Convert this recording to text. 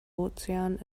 ozean